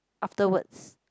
afterwards